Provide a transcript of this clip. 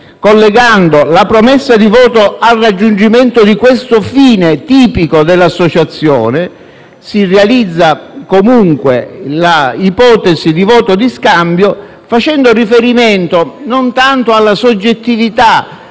collegando la promessa di voto al raggiungimento di questo fine tipico dell'associazione, si realizza comunque l'ipotesi di voto di scambio, facendo riferimento non tanto alla soggettività